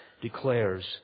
Declares